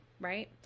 right